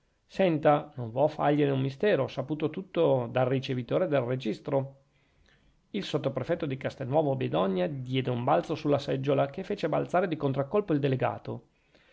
senta non vo fargliene un mistero ho saputo tutto dal ricevitore del registro il sottoprefetto di castelnuovo bedonia diede un balzo sulla seggiola che fece balzare di contraccolpo il delegato